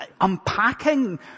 unpacking